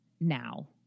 now